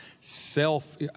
self